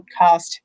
podcast